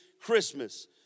Christmas